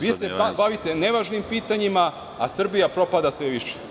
Vi se bavite ne važnim pitanjima, a Srbija propada sve više.